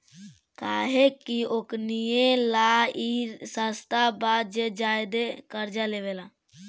काहे कि ओकनीये ला ई सस्ता बा जे ज्यादे कर्जा लेवेला